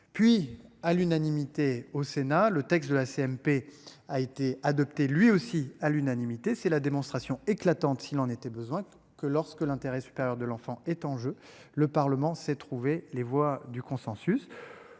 Puis à l'unanimité au Sénat, le texte de la CMP a été adopté, lui aussi, à l'unanimité, c'est la démonstration éclatante, s'il en était besoin, que lorsque l'intérêt supérieur de l'enfant est en jeu. Le Parlement s'est trouver les voies du consensus.